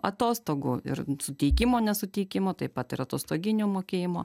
atostogų ir suteikimo nesuteikimo taip pat ir atostoginių mokėjimo